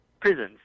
prisons